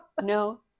No